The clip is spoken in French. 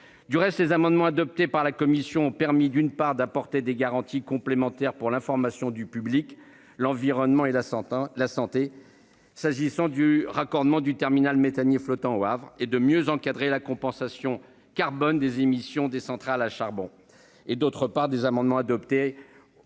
Du reste, les amendements adoptés par la commission ont permis, d'une part, d'apporter des garanties complémentaires pour l'information du public, l'environnement et la santé s'agissant du raccordement du terminal méthanier flottant au Havre et de mieux encadrer la compensation carbone des émissions des centrales à charbon, et, d'autre part, d'améliorer la